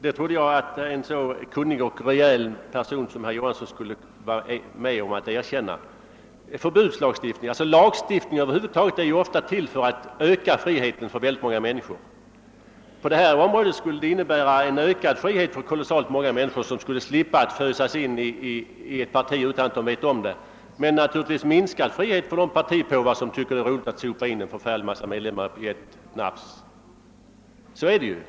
Det trodde jag att en så kunnig och rejäl person som herr Johansson skulle erkänna. Lagstiftningen är ju över huvud taget ofta till för att öka friheten för många människor. På det område vi här diskuterar skulle en lagstiftning innebära ökad frihet för oerhört många människor, som skulle slippa att fösas in i ett parti utan att de visste om det, men naturligtvis minskad frihet för de partipåvar som tycker det är roligt att sopa in en förfärlig massa medlemmar i ett svep.